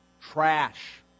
trash